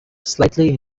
slightly